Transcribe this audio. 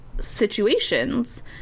situations